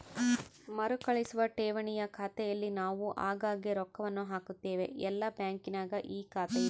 ಮರುಕಳಿಸುವ ಠೇವಣಿಯ ಖಾತೆಯಲ್ಲಿ ನಾವು ಆಗಾಗ್ಗೆ ರೊಕ್ಕವನ್ನು ಹಾಕುತ್ತೇವೆ, ಎಲ್ಲ ಬ್ಯಾಂಕಿನಗ ಈ ಖಾತೆಯಿದೆ